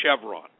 Chevron